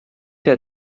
der